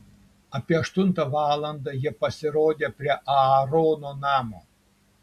apie aštuntą valandą jie pasirodė prie aarono namo